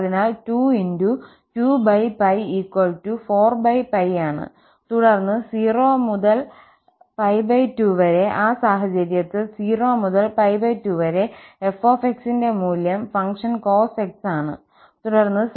അതിനാൽ 2 × 2 4ആണ് തുടർന്ന് 0 മുതൽ 2 വരെ ആ സാഹചര്യത്തിൽ 0 മുതൽ 2 വരെ f ന്റെ മൂല്യം ഫംഗ്ഷൻ cos x ആണ് തുടർന്ന് sin 2nx dx എന്നിവ